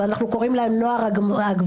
ואנחנו קוראים להם: "נוער הגבעות",